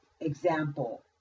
example